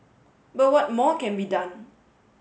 but what more can be done